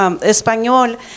español